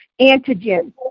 antigen